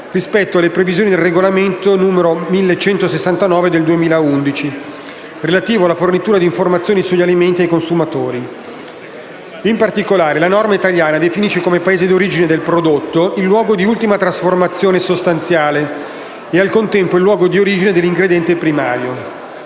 rispetto alle previsioni del regolamento (UE) n. 1169/2011, relativo alla fornitura di informazioni sugli alimenti ai consumatori. In particolare, la norma italiana definisce come Paese d'origine «del prodotto» il luogo di ultima trasformazione sostanziale e, al contempo, il luogo di origine dell'ingrediente primario.